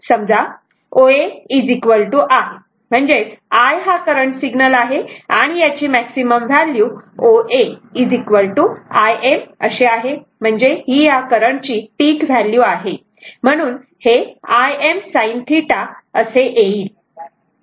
तेव्हा i हा current signal आहे आणि याची मॅक्सिमम व्हॅल्यू OA m आहे म्हणजेच ही या करंटची पिक व्हॅल्यू आहे म्हणून हे m sin θ असे येईल